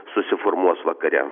susiformuos vakare